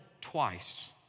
twice